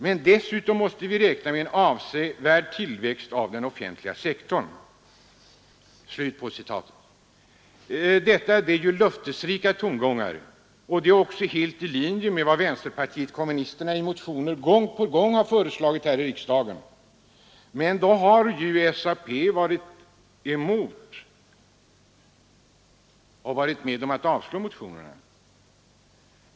Men dessutom måste vi räkna med en avsevärd tillväxt av den offentliga sektorn.” Detta är ju löftesrika tongångar. De är också helt i linje med vad vänsterpartiet kommunisterna i motioner gång på gång har föreslagit riksdagen, men SAP har varit med om att avslå dessa motioner.